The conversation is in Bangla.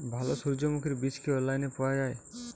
ভালো সূর্যমুখির বীজ কি অনলাইনে পাওয়া যায়?